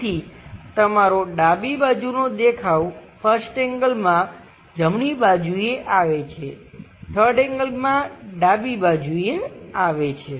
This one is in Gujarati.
તેથી તમારો ડાબી બાજુનો દેખાવ 1st એંગલમાં જમણી બાજુએ આવે છે 3rd એંગલમાં ડાબી બાજુએ આવે છે